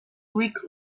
week